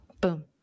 boom